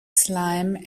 slime